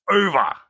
over